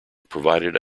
provided